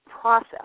process